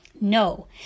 No